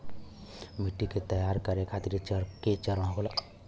मिट्टी के तैयार करें खातिर के चरण होला?